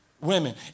women